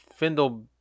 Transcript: Findle